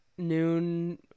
noon